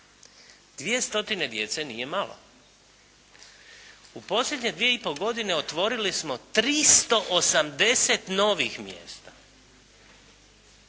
2 stotine djece nije malo. U posljednje dvije i pol godine otvorili smo 380 novih mjesta